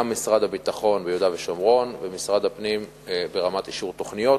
משרד הביטחון ביהודה ושומרון ומשרד הפנים ברמת אישור תוכניות,